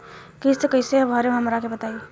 किस्त कइसे भरेम हमरा के बताई?